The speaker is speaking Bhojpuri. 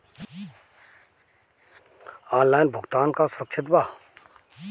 ऑनलाइन भुगतान का सुरक्षित बा?